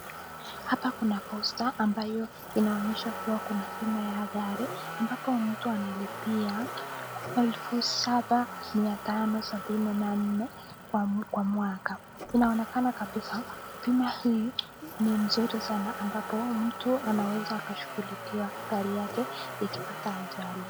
Hapa kuna posta ambayo inaonyesha kuwa kuna pima ya gari ambapo mtu analipia elfu saba mia tano sabini na nne kwa mwaka. Inaonekana kabisa pima hii ni nzuri sana ambapo mtu anaweza akashughulikiwa gari yake ikipata ajali.